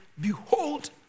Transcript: Behold